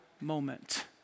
moment